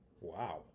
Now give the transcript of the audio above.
Wow